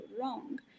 wrong